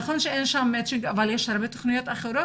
נכון שאין שם מצ'ינג אבל יש הרבה תוכניות אחרות